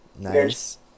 Nice